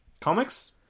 Comics